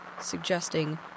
suggesting